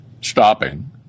stopping